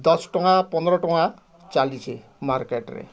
ଦଶ ଟଙ୍କା ପନ୍ଦର୍ ଟଙ୍କା ଚାଲିଛେ ମାର୍କେଟ୍ରେ